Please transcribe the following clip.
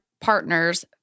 partner's